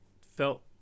felt